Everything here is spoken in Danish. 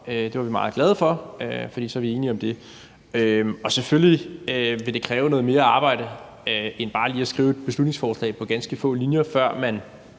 det var vi meget glade for, for så er vi enige om det. Selvfølgelig vil det kræve noget mere arbejde end bare lige at skrive et beslutningsforslag på ganske få linjer, før man